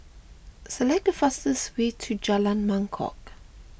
select the fastest way to Jalan Mangkok